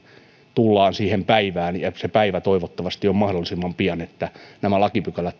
tullaan siihen päivään ja se päivä toivottavasti on mahdollisimman pian että nämä lakipykälät